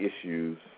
issues